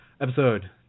episode